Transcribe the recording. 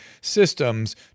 systems